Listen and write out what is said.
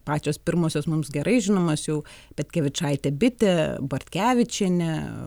pačios pirmosios mums gerai žinomos jau petkevičaitė bitė bartkevičienė